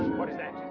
what is that?